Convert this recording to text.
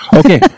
okay